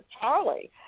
Charlie